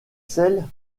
celle